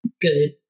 good